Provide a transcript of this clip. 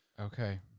Okay